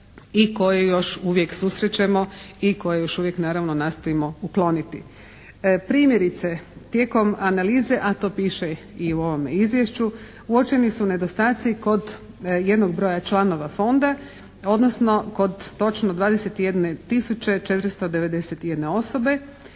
i koji još uvijek susrećemo i koji još uvijek naravno nastojimo ukloniti. Primjerice, tijekom analize a to piše i u ovome izvješću uočeni su nedostaci kod jednog broja članova fonda odnosno kod točno 21 tisuće